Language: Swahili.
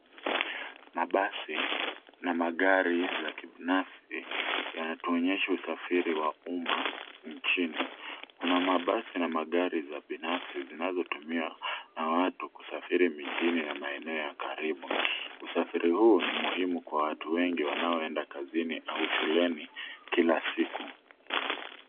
Mabasi na magari za kibinafsi yanatuonyesha usafiri wa umma nchini. Kuna mabasi na magari za binafsi zinazotumiwa na watu kusafiri mijini na maeneo ya karibu. Usafiri huu ni muhimu kwa watu wengi wanaoenda kazini na shuleni kila siku.